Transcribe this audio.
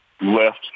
left